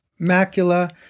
macula